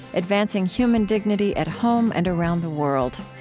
advancing human dignity at home and around the world.